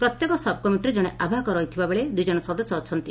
ପ୍ରତ୍ୟେକ ସବ୍ କମିଟିରେ ଜଣେ ଆବାହକ ରହିଥିବା ବେଳେ ଦୂଇଜଶ ସଦସ୍ୟ ରହିଛନ୍ତି